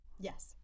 Yes